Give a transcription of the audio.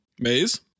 Maze